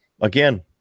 Again